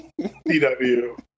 DW